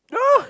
no